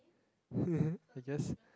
I guess